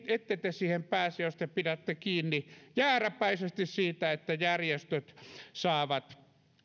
ette te siihen pääse jos te pidätte kiinni jääräpäisesti siitä että järjestöt saavat